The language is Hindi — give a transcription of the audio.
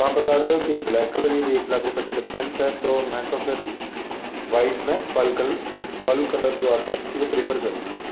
तो आप बता रहे हो कि ब्लाक कलर यदि एक लाख रुपये का डिफरेंस है तो मैं तो फिर व्हाइट में पर्ल कलर जो आता है वो प्रेफर करूँ मैं